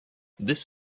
this